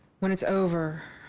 when it's over,